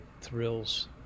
thrills